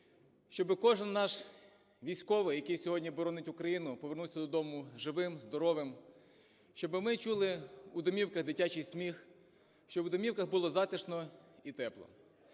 щоб кожен наш військовий, який сьогодні боронить Україну, повернувся додому живим, здоровим; щоб ми чули в домівках дитячий сміх, щоб в домівках було затишно і тепло.